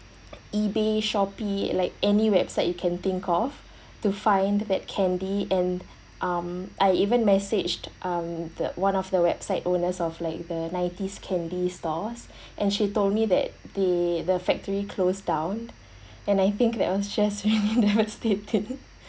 ebay shopee like any website you can think of to find that candy and um I even messaged um the one of the website owners of like the nineties candy stores and she told me that the the factory closed down and I think that was just very devastating